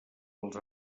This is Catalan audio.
als